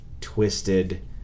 twisted